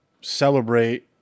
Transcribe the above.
celebrate